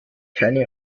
keine